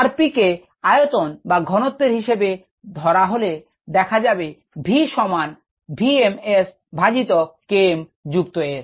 rP কে আয়তন বা ঘনত্তের হিসেবে ধরলে দেখা যাবে v সমান v m S by K m যুক্ত S